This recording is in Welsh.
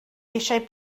eisiau